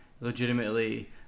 Legitimately